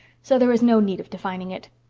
so there is no need of defining it.